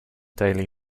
daily